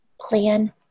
plan